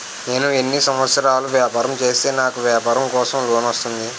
నేను ఎన్ని సంవత్సరాలు వ్యాపారం చేస్తే నాకు వ్యాపారం కోసం లోన్ వస్తుంది?